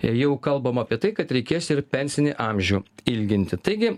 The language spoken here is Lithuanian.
ir jau kalbam apie tai kad reikės ir pensinį amžių ilginti taigi